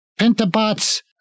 Pentabots